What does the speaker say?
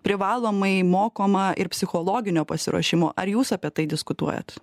privalomai mokoma ir psichologinio pasiruošimo ar jūs apie tai diskutuojat